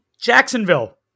Jacksonville